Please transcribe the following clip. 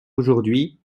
aujourd’hui